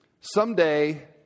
someday